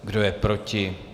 Kdo je proti?